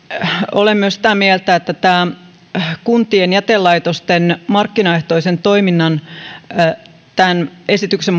olen myös sitä mieltä että kuntien jätelaitosten markkinaehtoisen toiminnan rajaaminen tämän esityksen